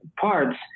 parts